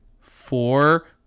four